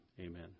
amen